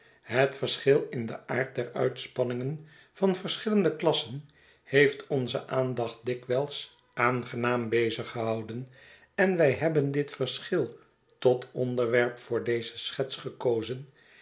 liet verschil in den aard der uitspanningen van verschillende klassen heeft onze aandacht dikwijls aangenaam bezig gehouden en wij hebben dit verschil tot onderwerp voor deze schets gekozen